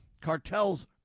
Cartels